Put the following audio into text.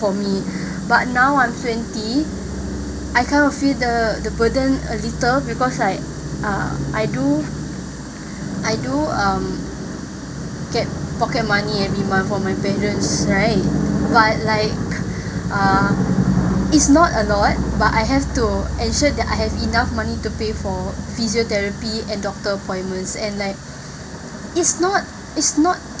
for me but now I'm twenty I kind of feel the the burden a little because like uh I do I do um get pocket money every month from my parents right but like uh it's not a lot but I have to ensure that I have enough money to pay for physiotherapy and doctor appointments and like it's not it's not